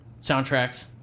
soundtracks